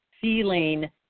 feeling